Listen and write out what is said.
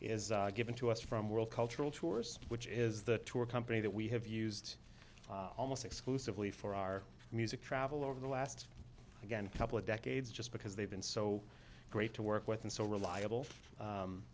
is given to us from world cultural tours which is the tour company that we have used almost exclusively for our music travel over the last again couple of decades just because they've been so great to work with and so reliable